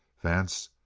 vance,